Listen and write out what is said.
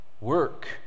work